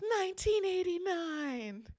1989